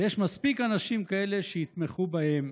ויש מספיק אנשים כאלה שיתמכו בהם.